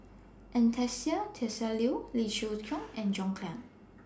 Anastasia Tjendri Liew Lee Siew Choh and John Clang